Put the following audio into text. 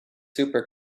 super